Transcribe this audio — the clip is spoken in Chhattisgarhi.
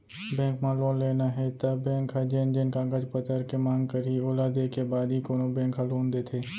बेंक म लोन लेना हे त बेंक ह जेन जेन कागज पतर के मांग करही ओला देय के बाद ही कोनो बेंक ह लोन देथे